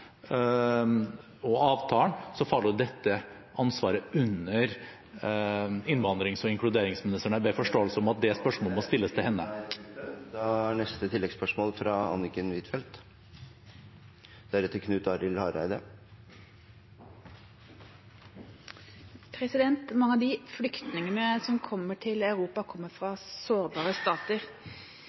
og avtalen, tilligger ansvaret for dette innvandrings- og inkluderingsministeren. Jeg ber om forståelse for at det spørsmålet må stilles til henne. Anniken Huitfeldt – til oppfølgingsspørsmål. Mange av de flyktningene som kommer til Europa, kommer fra sårbare stater.